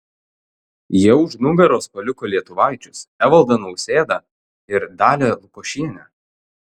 jie už nugaros paliko lietuvaičius evaldą nausėdą ir dalią lukošienę